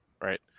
right